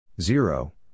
Zero